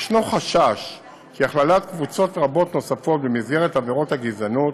יש חשש כי הכללת קבוצות רבות נוספות במסגרת עבירות גזענות